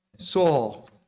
Saul